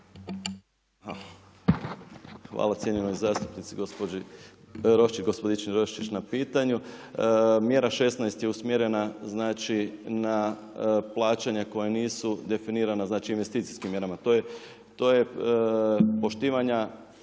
Hvala cijenjenoj zastupnici gospodični Roščić na pitanju. Mjera 16. je usmjerena na plaćanja koja nisu definirana investicijskim mjerama. To je poštivanja